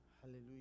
Hallelujah